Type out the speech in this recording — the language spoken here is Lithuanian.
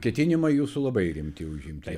ketinimai jūsų labai rimti užimti